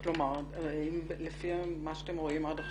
כלומר, לפי מה שאתם רואים עד עכשיו,